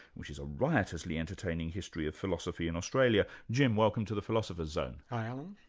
which is a riotously entertainment history of philosophy in australia. jim, welcome to the philosopher's zone. hi, um